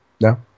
No